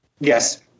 Yes